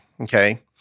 okay